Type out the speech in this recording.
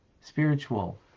spiritual